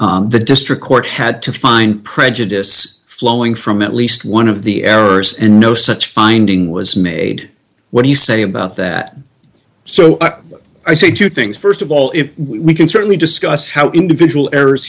the district court had to find prejudice flowing from at least one of the errors and no such finding was made what do you say about that so i say two things st of all if we can certainly discuss how individual